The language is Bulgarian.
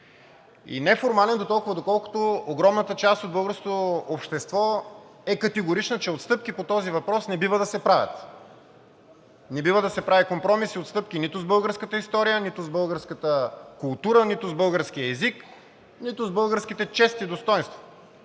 и неформален толкова, доколкото огромната част от българското общество е категорично, че отстъпки по този въпрос не бива да се правят. Не бива да се правят компромиси и отстъпки нито с българската история, нито с българската култура, нито с българския език, нито с българските чест и достойнство.